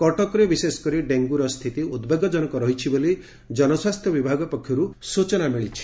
କଟକରେ ବିଶେଷକରି ଡେଙ୍ଙୁ ସ୍ଥିତି ଉଦ୍ବେଗଜନକ ରହିଛି ବୋଲି ଜନସ୍ୱାସ୍ଥ୍ୟ ବିଭାଗ ପକ୍ଷରୁ ସୂଚନା ମିଳିଛି